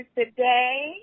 today